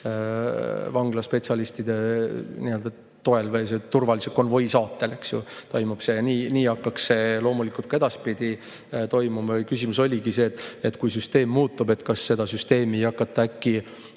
vanglaspetsialistide toel või turvalise konvoi saatel. Nii hakkaks see loomulikult ka edaspidi toimuma. Küsimus oligi selles, et kui süsteem muutub, siis kas seda süsteemi ei hakata ära